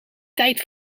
tijd